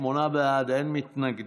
ובכן, שמונה בעד, אין מתנגדים.